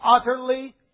utterly